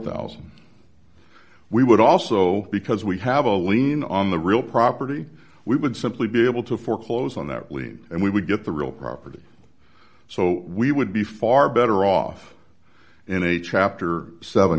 dollars we would also because we have a lien on the real property we would simply be able to foreclose on that lien and we would get the real property so we would be far better off in a chapter seven